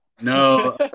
No